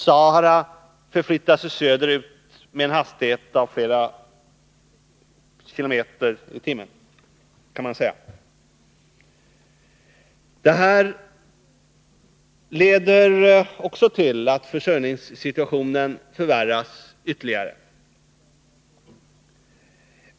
Sahara förflyttar sig söderut med mycket hög hastighet. Detta leder också till att försörjningssituationen förvärras ytterligare.